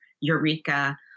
Eureka